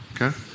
okay